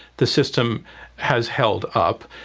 the system has held up.